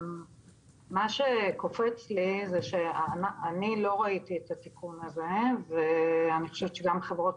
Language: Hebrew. מה שקופץ לי זה שאני לא ראיתי את התיקון הזה ואני חושבת שגם חברות